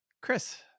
Chris